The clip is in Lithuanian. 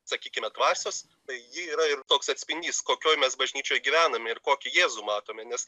sakykime dvasios tai ji yra ir toks atspindys kokioj mes bažnyčioj gyvename ir kokį jėzų matome nes